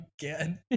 Again